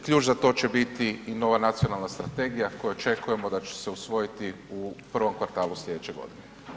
Ključ za to će biti i nova nacionalna strategija koju očekujemo da će se usvojiti u prvom kvartalu sljedeće godine.